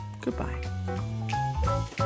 Goodbye